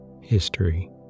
History